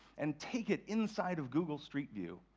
and take it inside of google streetview.